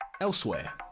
elsewhere